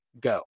Go